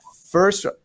First